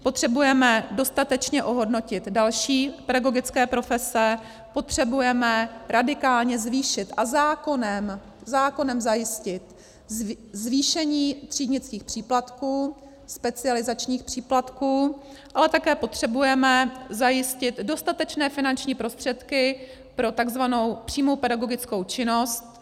Potřebujeme dostatečně ohodnotit další pedagogické profese, potřebujeme radikálně zvýšit a zákonem zajistit zvýšení třídnických příplatků, specializačních příplatků, ale také potřebujeme zajistit dostatečné finanční prostředky pro tzv. přímou pedagogickou činnost.